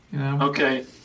Okay